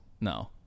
no